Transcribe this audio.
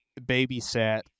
babysat